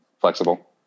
flexible